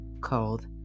called